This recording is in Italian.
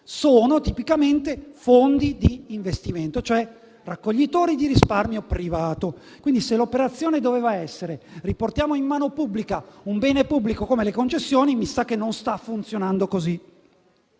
sono tipicamente fondi di investimento, cioè raccoglitori di risparmio privato. Se quindi l'operazione doveva essere quella di riportare in mano pubblica un bene pubblico come le concessioni, mi sa che non sta funzionando così.